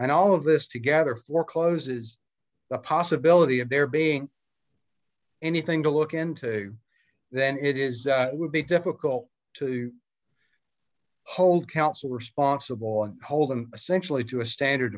and all of this together forecloses the possibility of there being anything to look into that it is would be difficult to hold counsel responsible on hold him essentially to a standard